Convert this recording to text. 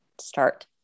start